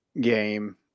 game